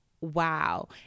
wow